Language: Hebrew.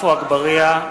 (קורא בשמות חברי הכנסת) עפו אגבאריה,